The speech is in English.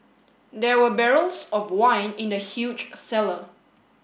there were barrels of wine in the huge cellar